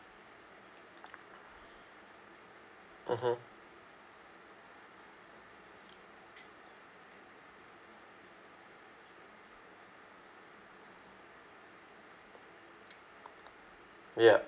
mmhmm ya